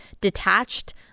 detached